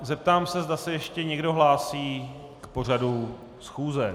Zeptám se, zda se ještě někdo hlásí k pořadu schůze.